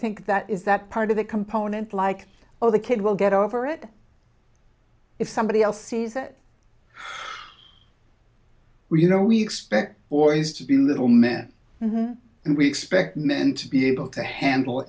think that is that part of the component like oh the kid will get over it if somebody else sees that well you know we expect boys to be a little men and men and we expect men to be able to handle